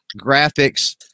graphics